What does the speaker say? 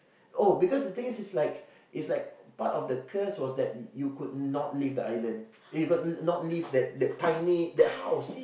oh because the thing is it's like it's like part of the curse was that you you could not leave that island you could not live that tiny that house